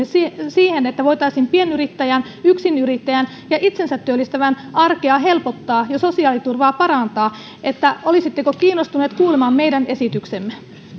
siihen että voitaisiin pienyrittäjän yksinyrittäjän ja itsensä työllistävän arkea helpottaa ja sosiaaliturvaa parantaa että olisitteko kiinnostunut kuulemaan meidän esityksemme